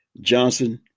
Johnson